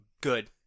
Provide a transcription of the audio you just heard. Good